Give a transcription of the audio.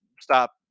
stop